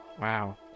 Wow